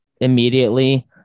immediately